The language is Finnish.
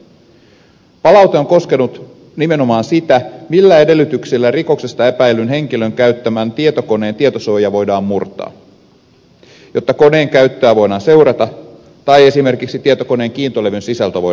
palaute on koskenut nimenomaan sitä millä edellytyksillä rikoksesta epäillyn henkilön käyttämän tietokoneen tietosuoja voidaan murtaa jotta koneen käyttöä voidaan seurata tai esimerkiksi tietokoneen kiintolevyn sisältö voidaan tutkia